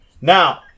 Now